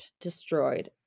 Destroyed